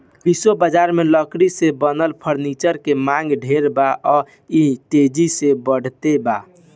विश्व बजार में लकड़ी से बनल फर्नीचर के मांग ढेर बा आ इ तेजी से बढ़ते बा